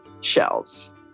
shells